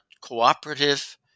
cooperative